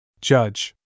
Judge